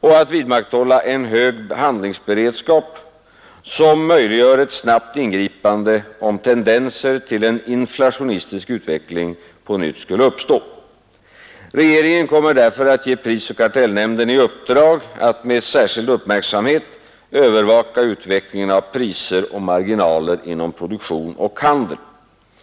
och att vidmakthålla en hög handlingsberedskap, som möjliggör ett snabbt ingripande om tendenser till en inflationistisk utveckling på nytt skulle uppstå. Regeringen kommer därför att ge prisoch kartellnämnden i uppdrag att med särskild uppmärksamhet övervaka utvecklingen av priser och marginaler inom produktion och handel.